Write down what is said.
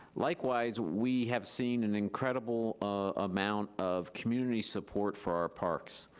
likewise, we have seen an incredible amount of community support for our parks.